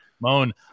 Moan